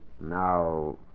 Now